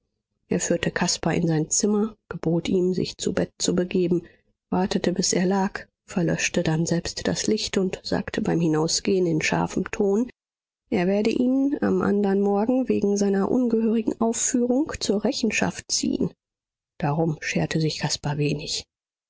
er führte caspar in sein zimmer gebot ihm sich zu bett zu begeben wartete bis er lag verlöschte dann selbst das licht und sagte beim hinausgehen in scharfem ton er werde ihn am andern morgen wegen seiner ungehörigen aufführung zur rechenschaft ziehen darum scherte sich caspar wenig